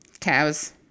Cows